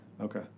Okay